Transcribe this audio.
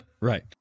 Right